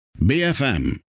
BFM